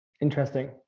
Interesting